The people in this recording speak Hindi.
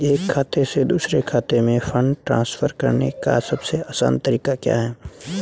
एक खाते से दूसरे खाते में फंड ट्रांसफर करने का सबसे आसान तरीका क्या है?